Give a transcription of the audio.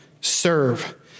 serve